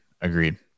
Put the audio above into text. Agreed